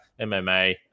MMA